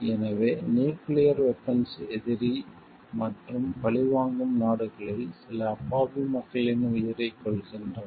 எனவே nuclear weapons எதிரி மற்றும் பழிவாங்கும் நாடுகளில் சில அப்பாவி மக்களின் உயிரைக் கொல்கின்றன